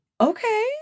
Okay